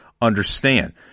understand